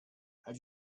have